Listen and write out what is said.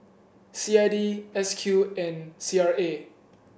C I D S Q and C R A